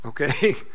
Okay